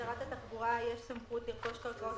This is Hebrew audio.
לשרת התחבורה יש סמכות לרכוש קרקעות